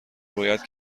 رویت